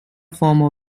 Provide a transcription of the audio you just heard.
former